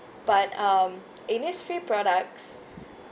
but um Innisfree products